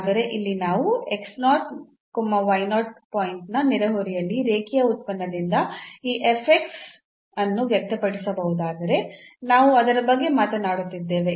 ಆದರೆ ಇಲ್ಲಿ ನಾವು ಪಾಯಿಂಟ್ನ ನೆರೆಹೊರೆಯಲ್ಲಿ ರೇಖೀಯ ಉತ್ಪನ್ನದಿಂದ ಈ ಅನ್ನು ವ್ಯಕ್ತಪಡಿಸಬಹುದಾದರೆ ನಾವು ಅದರ ಬಗ್ಗೆ ಮಾತನಾಡುತ್ತಿದ್ದೇವೆ